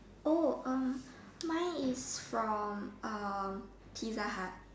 mine is from Pizza-Hut